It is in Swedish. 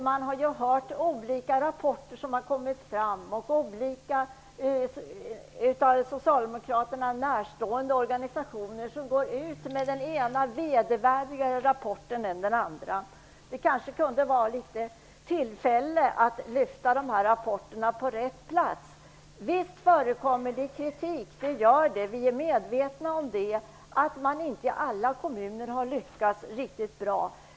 Man har hört om olika rapporter som har gjorts. Socialdemokraterna närstående organisationer går ut med den ena rapporten efter den andra om hur vedervärdigt det är. Det kanske är tillfälle att lyfta dessa rapporter på rätt plats. Visst förekommer det kritik. Det gör det. Vi är medvetna om att man inte i alla kommuner har lyckats riktigt bra.